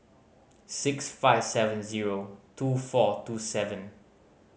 six five seven zero two four two seven